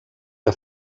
que